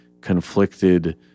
conflicted